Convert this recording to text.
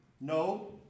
No